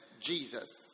Jesus